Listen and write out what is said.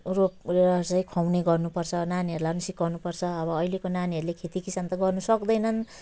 रोप् चाहिँ खन्ने गर्नुपर्छ नानीहरला पनि सिकाउनुपर्छ अब अहिलेको नानीहरूले खेतीकिसान त गर्नु सक्दैनन्